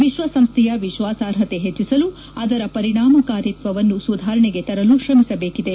ವಿಶ್ವಸಂಸ್ನೆಯ ವಿಶ್ವಾಸಾರ್ಹತೆ ಹೆಚ್ಚಿಸಲು ಅದರ ಪರಿಣಾಮಕಾರಿತ್ವವನ್ನು ಸುಧಾರಣೆಗೆ ತರಲು ಶ್ರಮಿಸಬೇಕಿದೆ